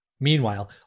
Meanwhile